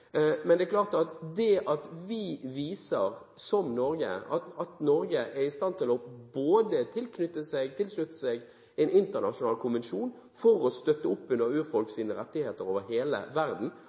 men det er klart at når vi som nasjonen Norge viser at Norge er i stand til å tilslutte seg en internasjonal konvensjon for å støtte opp under ufolks rettigheter over hele verden